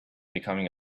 becoming